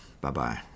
Bye-bye